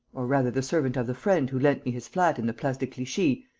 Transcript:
or rather the servant of the friend who lent me his flat in the place de clichy,